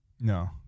no